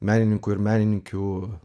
menininkų ir menininkių